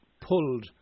pulled